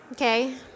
Okay